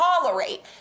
tolerate